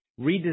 redesign